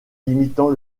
limitant